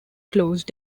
closed